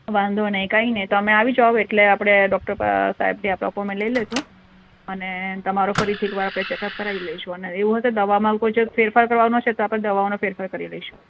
વાંધો નહીં કંઈ નહીં તમે આવી જાઓ એટલે આપણે ડૉક્ટર સાહેબની આપણે એપ્પોઇંટમેંટ લઈ લઈશું અને તમારું ફરીથી આપણે એકવાર ચેકઅપ કરાવી લઇશું અને એવું હોય તો દવામાં કોઈ જો ફેરફાર કરવાનો હશે તો આપણે દવાઓમાં ફેરફાર કરી દઇશું